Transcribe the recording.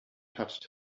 touched